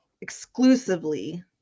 exclusively